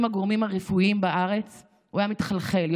הגורמים הרפואיים בארץ הוא היה מתחלחל.